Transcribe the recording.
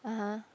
(uh huh)